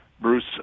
Bruce